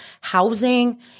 housing